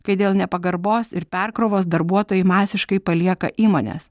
kai dėl nepagarbos ir perkrovos darbuotojai masiškai palieka įmones